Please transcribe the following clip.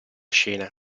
scene